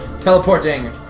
teleporting